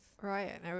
Right